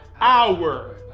hour